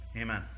Amen